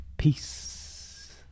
Peace